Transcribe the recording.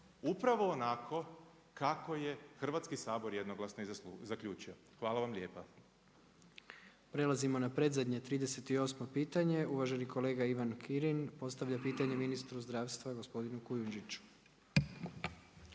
upravo onako kako je hrvatski Sabor jednoglasno i zaključio. Hvala vam lijepa. **Jandroković, Gordan (HDZ)** Prelazimo na predzadnje 38. pitanje uvaženi kolega Ivan Kirin postavlja pitanje ministru zdravstva gospodinu Kujundžiću.